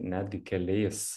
netgi keliais